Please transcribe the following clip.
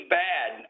bad